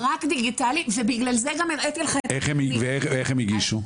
רק דיגיטלי ובגלל זה גם הראיתי לך --- איך הם הגישו?